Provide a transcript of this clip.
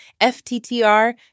FTTR